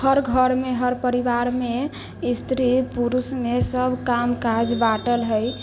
हर घर मे हर परिवार मे स्त्री पुरुष मे सब काम काज बाॅंटल है